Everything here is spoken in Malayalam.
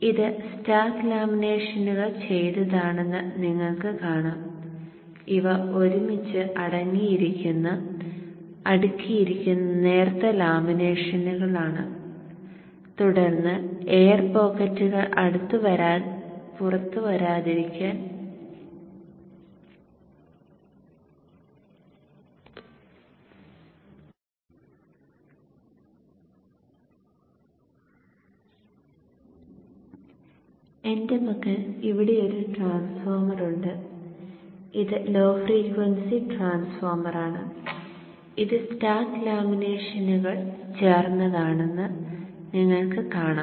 ഇത് സ്റ്റാക്ക് ലാമിനേഷനുകൾ ചേർന്നതാണെന്ന് നിങ്ങൾക്ക് കാണാം